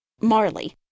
Marley